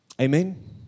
Amen